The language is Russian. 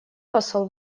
посол